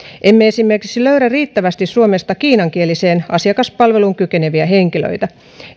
emme esimerkiksi löydä suomesta riittävästi kiinankieliseen asiakaspalveluun kykeneviä henkilöitä